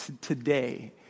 today